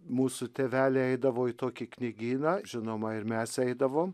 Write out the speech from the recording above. mūsų tėveliai eidavo į tokį knygyną žinoma ir mes eidavom